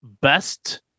best